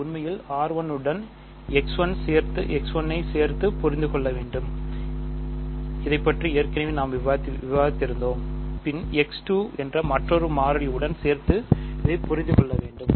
இது உண்மையில் R உடன் சேர்த்து புரிந்து கொள்ள வேண்டும் இதைப்பற்றிய ஏற்கனவே நாம் விவாதித்தோம் பின் என்ற மற்றொரு மாறி உடன் சேர்த்து புரிந்து கொள்ள வேண்டும்